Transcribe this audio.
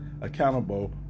accountable